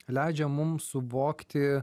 leidžia mum suvokti